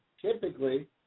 typically